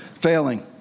Failing